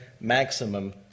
maximum